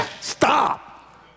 stop